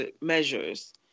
measures